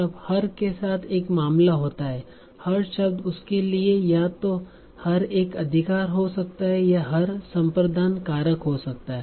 तब हर के साथ एक मामला होता है her शब्द उसके लिए या तो her एक अधिकार हो सकता है या her संप्रदान कारक हो सकता है